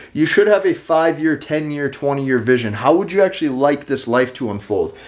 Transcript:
you should have a five year ten year twenty year vision how would you actually like this life to unfold?